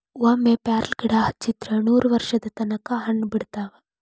ಒಮ್ಮೆ ಪ್ಯಾರ್ಲಗಿಡಾ ಹಚ್ಚಿದ್ರ ನೂರವರ್ಷದ ತನಕಾ ಹಣ್ಣ ಬಿಡತಾವ